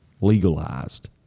legalized